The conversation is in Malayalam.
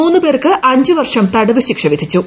മൂന്ന് പേർക്ക് അഞ്ച് വർഷം തടവ് ശിക്ഷ വിധിച്ചു